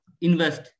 invest